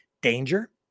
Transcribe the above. danger